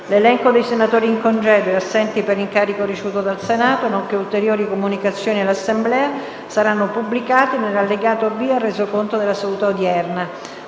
L'elenco dei senatori in congedo e assenti per incarico ricevuto dal Senato, nonché ulteriori comunicazioni all'Assemblea saranno pubblicati nell'allegato B al Resoconto della seduta odierna.